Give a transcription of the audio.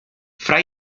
fra